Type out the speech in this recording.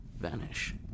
vanish